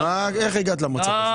איך הגעת לזה?